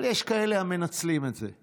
אבל יש כאלה המנצלים את זה.